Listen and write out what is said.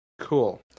Cool